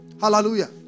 Hallelujah